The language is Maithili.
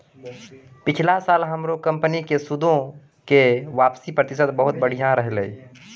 पिछला साल हमरो कंपनी के सूदो के वापसी प्रतिशत बहुते बढ़िया रहलै